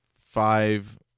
five